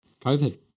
COVID